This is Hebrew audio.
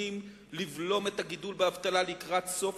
מתכוונים לבלום את הגידול באבטלה לקראת סוף